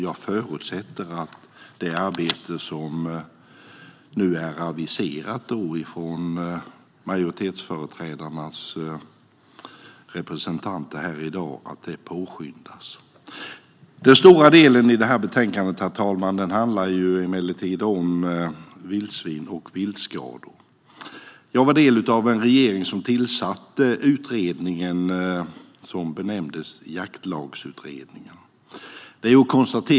Jag förutsätter att det arbete som i dag har aviserats av majoritetsföreträdarna påskyndas. Den stora delen i betänkandet handlar emellertid om vildsvin och viltskador. Jag var del av en regering som tillsatte den utredning som benämndes Jaktlagsutredningen.